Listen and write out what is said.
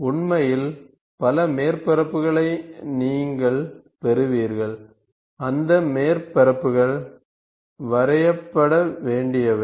உண்மையில் பல மேற்பரப்புகளை நீங்கள் பெறுவீர்கள் அந்த மேற்பரப்புகள் வரையப்பட வேண்டியவை